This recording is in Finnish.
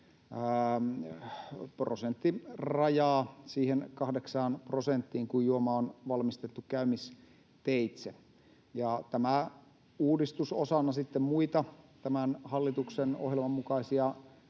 prosenttirajaa siihen kahdeksaan prosenttiin, kun juoma on valmistettu käymisteitse. Tämä uudistus osana muita tämän hallituksen ohjelman mukaisia